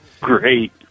great